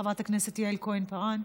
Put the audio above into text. חברת הכנסת יעל כהן-פארן.